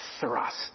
thrust